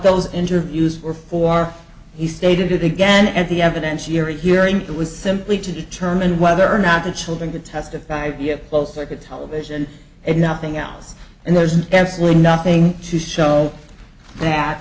those interviews or for he stated it again at the evidence year hearing it was simply to determine whether or not the children could testify via close circuit television and nothing else and there's absolutely nothing to show that